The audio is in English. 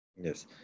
Yes